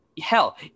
Hell